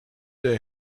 der